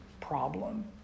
problem